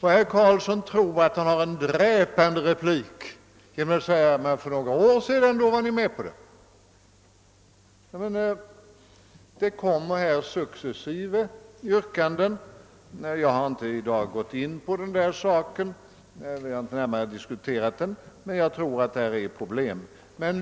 Herr Carlsson tror att han fäller en dräpande replik när han säger: »För några år sedan var ni ju med på det.» Emellertid framställs ju successivt nya yrkanden; vi har inte närmare diskuterat den saken i dag, men jag tror att där finns problem.